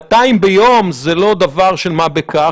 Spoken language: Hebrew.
200 ביום זה דבר של מה בכך.